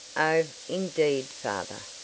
oh indeed, father,